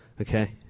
Okay